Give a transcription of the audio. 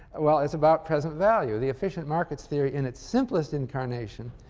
well, it's about present value. the efficient markets theory, in its simplest incarnation,